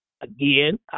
Again